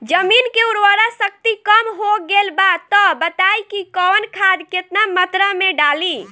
जमीन के उर्वारा शक्ति कम हो गेल बा तऽ बताईं कि कवन खाद केतना मत्रा में डालि?